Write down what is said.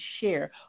share